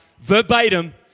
verbatim